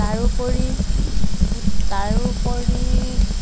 তাৰোপৰি তাৰোপৰি